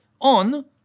on